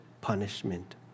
punishment